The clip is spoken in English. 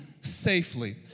safely